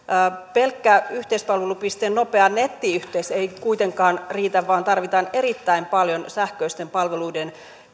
pelkkä yhteispalvelupisteen nopea nettiyhteys ei kuitenkaan riitä vaan tarvitaan erittäin paljon sähköisten palveluiden